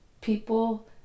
people